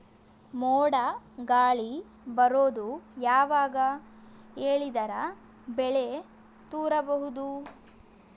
ಮೋಡ ಗಾಳಿ ಬರೋದು ಯಾವಾಗ ಹೇಳಿದರ ಬೆಳೆ ತುರಬಹುದು?